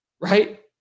right